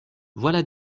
voilà